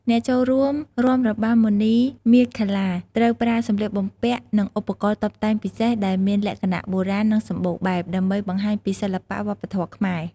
អ្នកចូលរួមរាំរបាំមុនីមាឃលា ត្រូវប្រើសម្លៀកបំពាក់ និងឧបករណ៍តុបតែងពិសេសដែលមានលក្ខណៈបុរាណ និងសម្បូរបែប ដើម្បីបង្ហាញពីសិល្បៈវប្បធម៌ខ្មែរ។